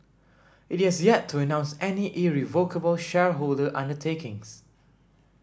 it has yet to announce any irrevocable shareholder undertakings